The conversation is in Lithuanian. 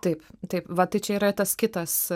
taip taip va tai čia yra tas kitas